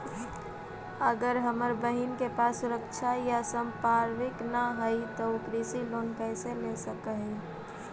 अगर हमर बहिन के पास सुरक्षा या संपार्श्विक ना हई त उ कृषि लोन कईसे ले सक हई?